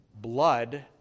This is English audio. blood